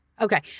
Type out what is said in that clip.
Okay